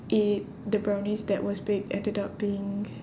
it the brownies that was baked ended up being